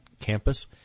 campus